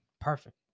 Perfect